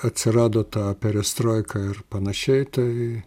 atsirado ta perestroika ir panašiai tai